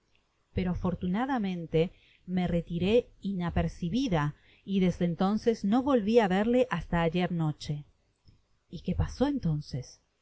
pero afortunadamente me retiré inapercibida y desde entonces no volvi á verle hasta ayer noche y qué pasó entonces